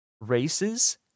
races